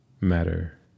Matter